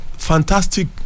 fantastic